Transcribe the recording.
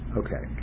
okay